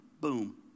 boom